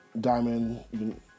Diamond